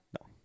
No